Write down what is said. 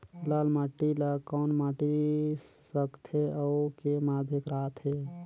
लाल माटी ला कौन माटी सकथे अउ के माधेक राथे?